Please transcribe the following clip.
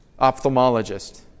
ophthalmologist